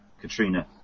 Katrina